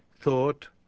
thought